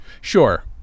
Sure